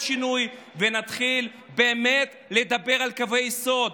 שינוי ונתחיל באמת לדבר על קווי יסוד,